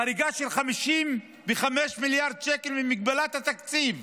חריגה של 55 מיליארד שקל ממגבלת התקציב.